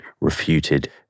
refuted